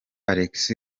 alex